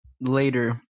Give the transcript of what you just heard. later